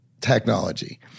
technology